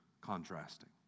contrasting